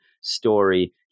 story